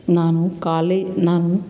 ನಾನು ಕಾಲೇ ನಾನು